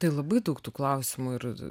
tai labai daug tų klausimų ir